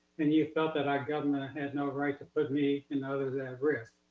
and you felt that our government had no right to put me and others at risk.